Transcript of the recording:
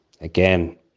Again